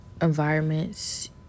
environments